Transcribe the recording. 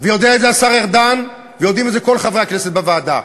ויודע את זה השר ארדן ויודעים את זה כל חברי הכנסת בוועדה.